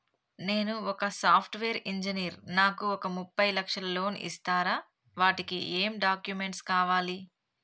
నేను ఒక software engineer నాకు ఒక ముప్పై లక్షల లోన్ ఇస్తరా? వాటికి ఏం డాక్యుమెంట్స్ కావాలి?